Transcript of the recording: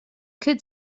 could